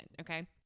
okay